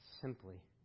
simply